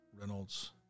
Reynolds